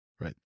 right